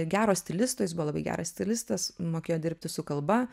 gero stilisto jis buvo labai geras stilistas mokėjo dirbti su kalba